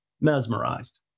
mesmerized